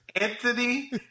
Anthony